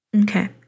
Okay